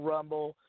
Rumble